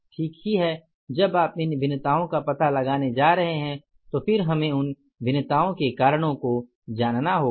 ठीक ही है जब आप इन भिन्नताओं का पता लगाने जा रहे हैं तो फिर हमें उन भिन्नताओं के कारणों को जानना होगा